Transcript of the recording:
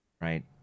Right